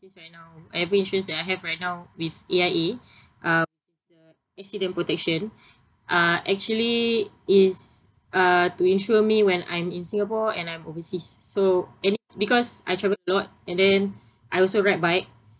right now whatever insurance that I have right now with A_I_A uh the accident protection uh actually is uh to insure me when I'm in Singapore and I'm overseas so because I travel a lot and then I also ride bike